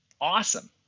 awesome